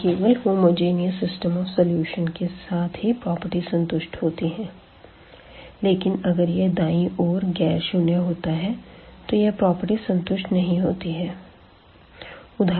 यह केवल homogeneous system of equation के साथ ही प्रॉपर्टीज़ संतुष्ट होती है लेकिन अगर यह दायीं ओर ग़ैर शून्य होता है तो यह प्रॉपर्टीज़ संतुष्ट नही होती है